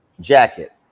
jacket